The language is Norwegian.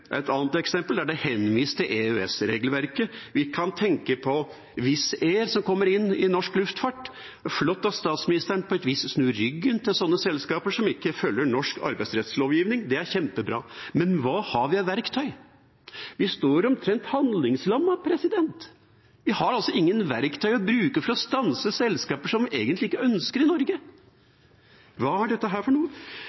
et annet eksempel der det er henvist til EØS-regelverket. Vi kan tenke på Wizz Air, som kommer inn i norsk luftfart. Det er flott at statsministeren på et vis snur ryggen til sånne selskaper som ikke følger norsk arbeidsrettslovgivning. Det er kjempebra. Men hva har vi av verktøy? Vi står omtrent handlingslammet. Vi har altså ingen verktøy å bruke for å stanse selskaper som vi egentlig ikke ønsker i Norge.